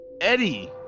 Eddie